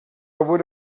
would